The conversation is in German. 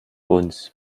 uns